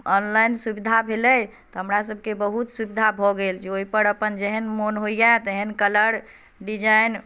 online सुविधा भेलै तऽ हमरासभके बहुत सुविधा भऽ गेल जे ओहिपर जे अपन जेहन मोन होइए तेहन कलर डिज़ाइन